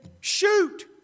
Shoot